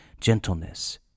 gentleness